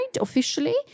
officially